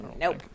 Nope